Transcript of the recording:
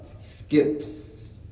skips